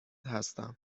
هستم